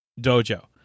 dojo